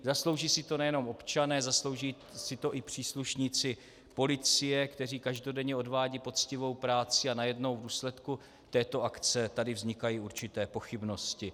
Zaslouží si to nejenom občané, zaslouží si to i příslušníci policie, kteří každodenně odvádějí poctivou práci, a najednou v důsledku této akce tady vznikají určité pochybnosti.